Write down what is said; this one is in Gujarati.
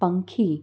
પંખી